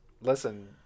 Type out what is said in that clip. Listen